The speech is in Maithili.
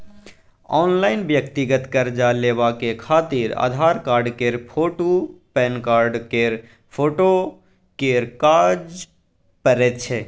ऑनलाइन व्यक्तिगत कर्जा लेबाक खातिर आधार कार्ड केर फोटु, पेनकार्ड केर फोटो केर काज परैत छै